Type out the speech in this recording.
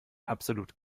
absolut